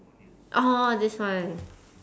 orh this one